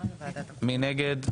מי נגד?